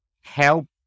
help